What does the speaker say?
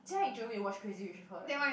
jia-ying jio me to watch Crazy-Rich with her eh